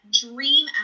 dream